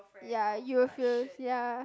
ya you feels ya